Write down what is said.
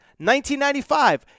1995